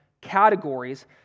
categories